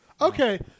Okay